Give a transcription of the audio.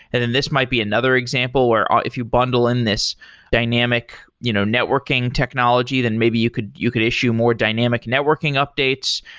and this might be another example where if you bundle in this dynamic you know networking technology, then maybe you could you could issue more dynamic networking updates,